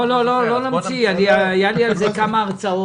לא נמציא, היו לי על זה כמה הרצאות,